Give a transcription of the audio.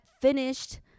finished